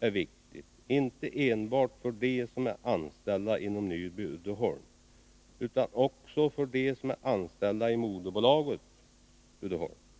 är viktigt inte enbart för dem som är anställda inom Nyby Uddeholm, utan också för dem som är anställda i moderbolaget Uddeholms.